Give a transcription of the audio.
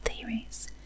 theories